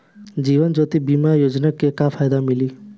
जीवन ज्योति बीमा योजना के का फायदा मिली?